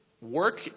work